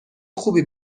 خوبی